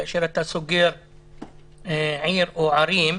כאשר אתה סוגר עיר או ערים.